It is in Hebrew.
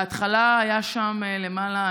בהתחלה היה שם למעלה,